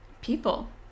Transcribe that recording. people